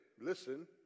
listen